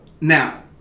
now